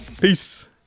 Peace